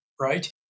right